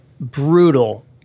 brutal